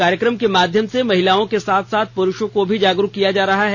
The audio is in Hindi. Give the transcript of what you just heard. कार्यक्रम के माध्यम से महिलाओं के साथ साथ पुरूषों को भी जागरूक किया जा रहा है